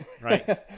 right